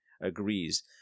agrees